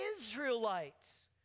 Israelites